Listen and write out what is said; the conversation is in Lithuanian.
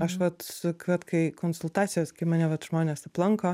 aš vat suk vat kai konsultacijos kai mane vat žmonės aplanko